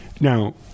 Now